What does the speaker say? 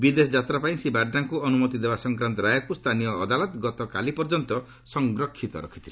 ବିଦେଶ ଯାତ୍ରାପାଇଁ ଶ୍ରୀ ବାଡ୍ରାଙ୍କୁ ଅନୁମତି ଦେବା ସଂକ୍ରାନ୍ତ ରାୟକୁ ସ୍ଥାନୀୟ ଅଦାଲତ ଗତକାଲି ପର୍ଯ୍ୟନ୍ତ ସଂରକ୍ଷିତ ରଖିଥିଲେ